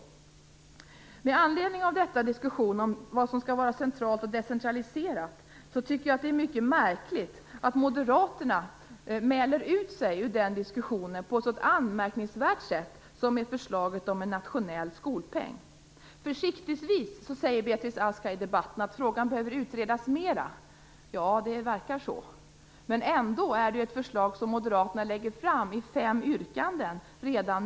Jag tycker att det är mycket märkligt att Moderaterna i diskussionen om vad som skall vara centralt och vad som skall vara decentraliserat mäler ut sig på ett sådant anmärkningsvärt sätt som med förslaget om en nationell skolpeng. Försiktigtsvis säger Beatrice Ask här i debatten att frågan behöver utredas mer. Ja, det verkar så. Men ändå är det ett förslag som Moderaterna redan nu lägger fram i fem yrkanden.